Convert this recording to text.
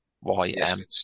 Y-M